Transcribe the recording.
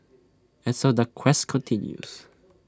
and so the quest continues